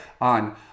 on